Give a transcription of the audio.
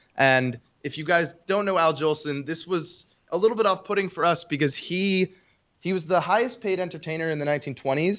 and if you guys don't know, al jolson, this was a little bit off putting for us because he he was the highest paid entertainer in the nineteen twenty s.